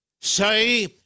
say